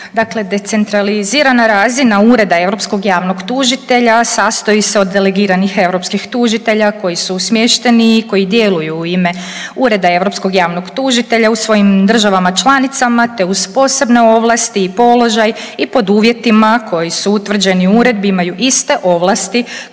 Dakle decentralizirana razina Ureda europskog javnog tužitelja sastoji se od delegiranih europskih tužitelja koji su smješteni i koji djeluju u ime Ureda europskog javnog tužitelja u svojim državama članicama te uz posebne ovlasti i položaj i pod uvjetima koji su utvrđeni u Uredbi imaju iste ovlasti